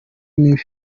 mibi